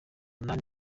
kumi